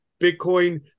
Bitcoin